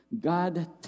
God